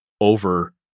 over